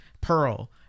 pearl